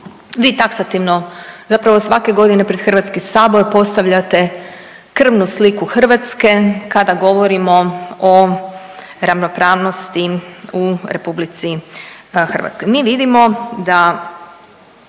Vi taksativno zapravo svake godine pred HS podstavljate krvnu sliku Hrvatske kada govorim o ravnopravnosti u RH. Mi vidimo